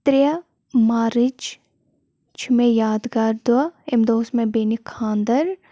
ترٛےٚ مارٕچ چھُ مےٚ یادگار دۄہ اَمہِ دۄہ اوس مےٚ بیٚنہِ خانٛدر